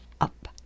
up